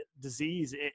disease